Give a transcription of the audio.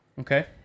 Okay